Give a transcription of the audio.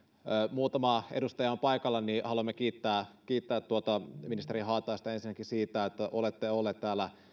muutama edustaja on paikalla haluamme kiittää kiittää ministeri haataista ensinnäkin siitä että olette ollut täällä